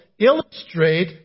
illustrate